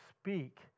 speak